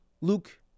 luke